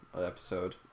episode